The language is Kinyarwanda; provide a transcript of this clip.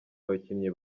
abakinnyi